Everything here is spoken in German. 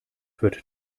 wird